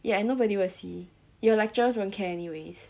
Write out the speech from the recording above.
ya and nobody will see your lecturers won't care anyways